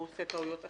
הוא עושה טעויות.